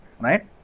right